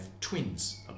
twins